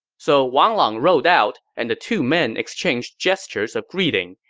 so wang lang rode out, and the two men exchanged gestures of greeting,